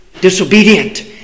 Disobedient